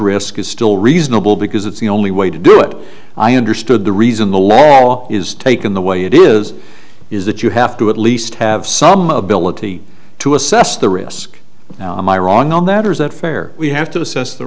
risk is still reasonable because it's the only way to do it i understood the reason the law is taken the way it is is that you have to at least have some ability to assess the risk now am i wrong on that or is that fair we have to assess the